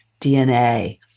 DNA